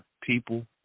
people